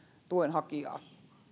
tuen hakijaa